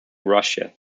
russia